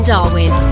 Darwin